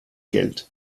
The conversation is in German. geld